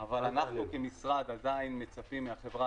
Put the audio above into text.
אבל אנחנו כמשרד עדיין מצפים מהחברה